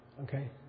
Okay